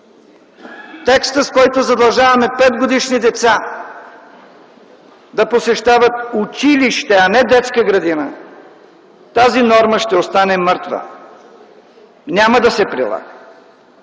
текст, с който задължаваме 5-годишните деца да посещават училище, а не детска градина, тази норма ще остане мъртва, няма да се прилага.